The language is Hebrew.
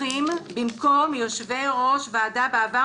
מפקחים במקום יושבי-ראש ועדה בעבר,